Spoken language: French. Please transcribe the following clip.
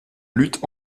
lutte